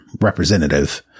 representative